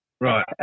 Right